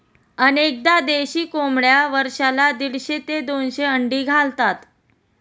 अनेकदा देशी कोंबड्या वर्षाला दीडशे ते दोनशे अंडी घालतात